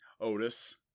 Otis